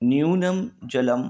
न्यूनं जलं